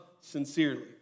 sincerely